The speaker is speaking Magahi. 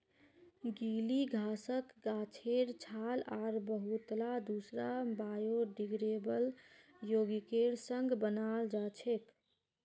गीली घासक गाछेर छाल आर बहुतला दूसरा बायोडिग्रेडेबल यौगिकेर संग बनाल जा छेक